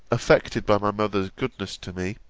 affected by my mother's goodness to me,